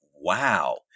wow